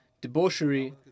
debauchery